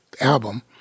album